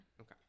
Okay